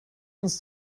uns